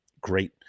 Great